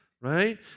Right